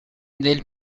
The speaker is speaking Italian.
del